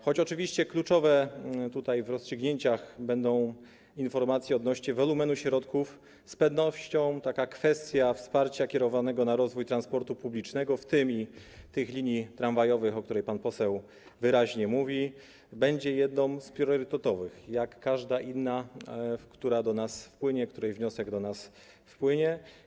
Choć oczywiście kluczowe w rozstrzygnięciach będą informacje odnośnie do wolumenu środków, z pewnością taka kwestia wsparcia kierowanego na rozwój transportu publicznego, w tym tych linii tramwajowych, o których pan poseł wyraźnie mówi, będzie jedną z priorytetowych, jak każda inna, w sprawie której wniosek do nas wpłynie.